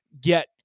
get